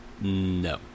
No